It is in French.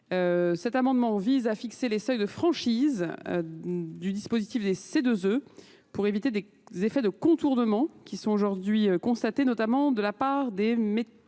Cet amendement vise à fixer les seuils de franchise. du dispositif des C2E pour éviter des effets de contournement qui sont aujourd'hui constatés, notamment de la part des metteurs